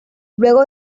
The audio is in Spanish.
luego